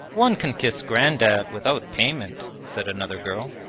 one can kiss grandad without payment said another girl.